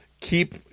Keep